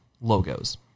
logos